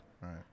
right